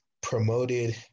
promoted